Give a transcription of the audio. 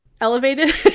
elevated